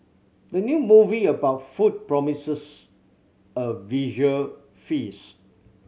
the new movie about food promises a visual feast